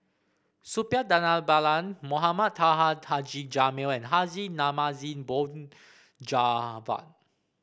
Suppiah Dhanabalan Mohamed Taha Taji Jamil and Haji Namazie Mohd Javad